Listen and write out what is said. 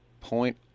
point